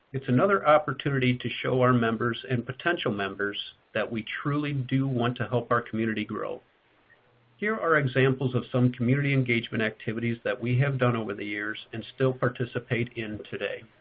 it's another opportunity to show our members and potential members that we truly do want to help our community grow here are examples of some community engagement activities that we have done over the years and still participate in today.